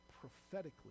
prophetically